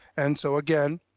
and so again,